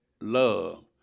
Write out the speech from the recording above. Love